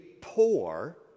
poor